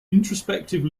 introspective